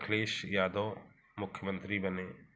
अखिलेश यादव मुख्यमंत्री बने